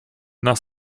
nach